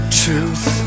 truth